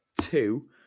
two